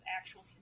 actual